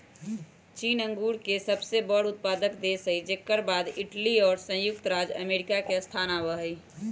चीन अंगूर के सबसे बड़ा उत्पादक देश हई जेकर बाद इटली और संयुक्त राज्य अमेरिका के स्थान आवा हई